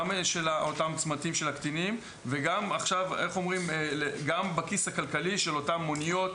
של אותן צמתים של הקטינים וגם עכשיו בכיס הכלכלי של אותן מוניות,